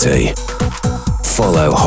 Follow